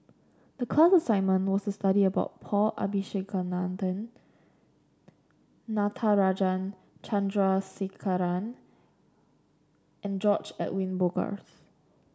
the class assignment was to study about Paul Abisheganaden Natarajan Chandrasekaran and George Edwin Bogaars